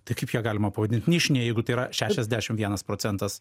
tai kaip ją galima pavadinti nišine jeigu tai yra šeiasdešim vienas procentas